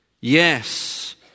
Yes